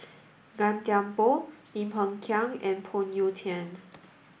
Gan Thiam Poh Lim Hng Kiang and Phoon Yew Tien